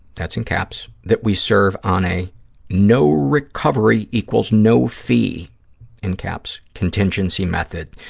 that's in caps, that we serve on a no-recovery-equals-no-fee, in caps, contingency method.